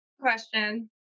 Question